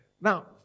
now